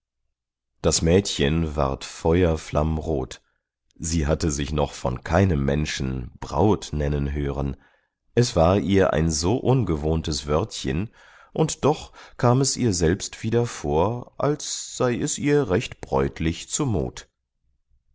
das mädchen ward feuerflammrot sie hatte sich noch von keinem menschen braut nennen hören es war ihr ein so ungewohntes wörtchen und doch kam es ihr selbst wieder vor als sei es ihr recht bräutlich zu mut